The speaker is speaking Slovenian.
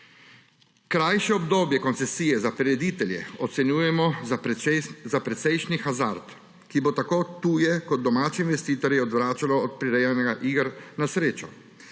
Krajše obdobje koncesije za prireditelje ocenjujemo za precejšnji hazard, ki bo tako tuje kot domače investitorje odvračal od prirejanja na iger na srečo.